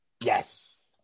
Yes